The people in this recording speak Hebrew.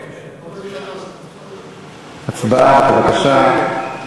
הצבעה, בבקשה.